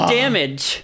damage